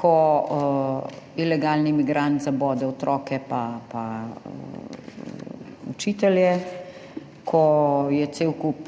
ko ilegalni migrant zabode otroke pa učitelje, ko je cel kup